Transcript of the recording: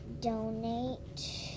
donate